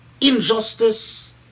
Injustice